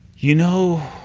you know,